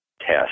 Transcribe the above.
test